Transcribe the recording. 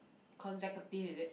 consecutive is it